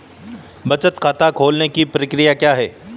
बचत खाता खोलने की प्रक्रिया क्या है?